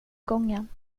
gången